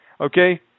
okay